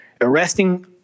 Arresting